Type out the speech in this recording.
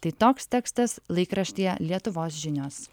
tai toks tekstas laikraštyje lietuvos žinios